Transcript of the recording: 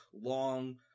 long